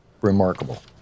remarkable